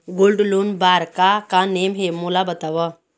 Gold loan बार का का नेम हे, मोला बताव?